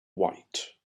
white